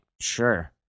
sure